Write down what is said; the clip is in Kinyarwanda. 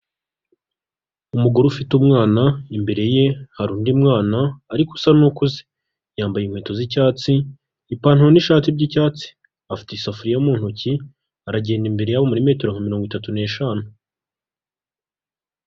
Umugore ufite umwana, imbere ye hari undi mwana ariko usa n'ukuze yambaye inkweto z'icyatsi, ipantaro n'ishati by'icyatsi, afite isafuriya mu ntoki, aragenda imbere yabo muri metero nka mirongo itatu n'eshanu.